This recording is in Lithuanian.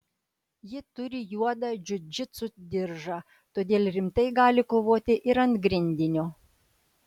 ji turi juodą džiudžitsu diržą todėl rimtai gali kovoti ir ant grindinio